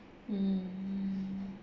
mm